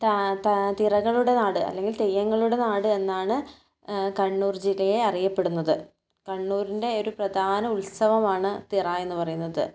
ത ത തിറകളുടെ നാട് അല്ലെങ്കിൽ തെയ്യങ്ങളുടെ നാട് എന്നാണ് കണ്ണൂർ ജില്ലയെ അറിയപ്പെടുന്നത് കണ്ണൂരിൻ്റെ ഒരു പ്രധാന ഉത്സവമാണ് തിറ എന്ന് പറയുന്നത്